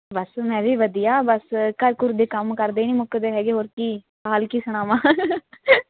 ਬਸ ਮੈਂ ਵੀ ਵਧੀਆ ਬਸ ਘਰ ਘੁਰ ਦੇ ਕੰਮ ਕਰਦੇ ਨਹੀਂ ਮੁੱਕਦੇ ਹੈਗੇ ਹੋਰ ਕੀ ਹਾਲ ਕੀ ਸੁਣਾਵਾਂ